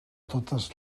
totes